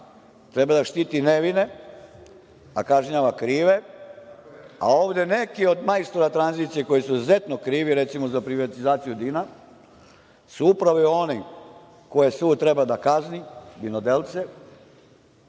treba da štiti nevine, a kažnjava krive, a ovde neki od majstora tranzicije koji su izuzetno krivi, recimo za privatizaciju su upravo oni koje sud treba da kazni.